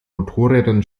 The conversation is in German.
motorrädern